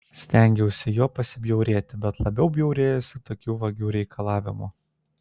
stengiausi juo pasibjaurėti bet labiau bjaurėjausi tokiu vagių reikalavimu